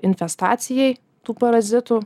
infestacijai tų parazitų